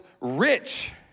rich